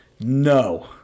No